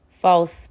false